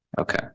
Okay